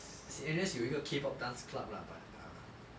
as in N_U_S 有一个 K pop dance club lah but uh